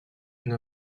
une